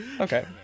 Okay